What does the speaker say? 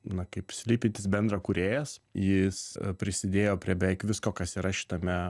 na kaip slypintis bendrakūrėjas jis prisidėjo prie beveik visko kas yra šitame